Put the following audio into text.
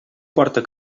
porta